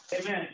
Amen